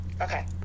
Okay